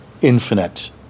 infinite